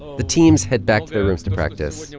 the teams head back to their rooms to practice.